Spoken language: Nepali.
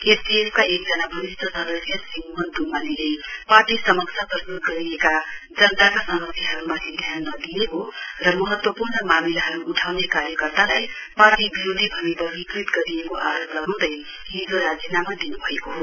एसडीएफ का एकजना वरिष्ट सदस्य श्री मोहन ढ्डमालीले पार्टी समक्ष प्रस्त्त गरिएका जनताका समस्याहरुमाथि ध्यान नदिइएको र महत्वपूर्ण मामिलाहरु उठाउने कार्यकर्तालाई पार्टी विरोधी भनी वर्गीकृत गरिएको आरोप लगाँउदै हिजो राजीनामा दिन्भएको हो